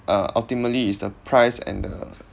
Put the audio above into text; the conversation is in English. uh ultimately is the price and the